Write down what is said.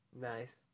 Nice